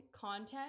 content